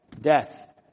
Death